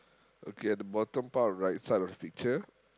okay at the bottom part right side of the picture